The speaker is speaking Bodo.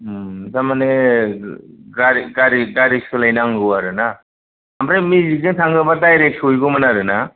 थारमाने गारि गारि सोलायनांगौ आरोना ओमफ्राय मेजिकजों थाङोबा डाइरेक्ट सहैगौमोन आरोना